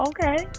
Okay